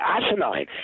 asinine